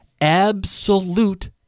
absolute